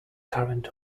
current